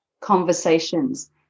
conversations